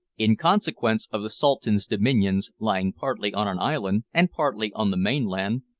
in consequence of the sultan's dominions lying partly on an island and partly on the mainland,